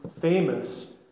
famous